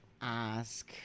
ask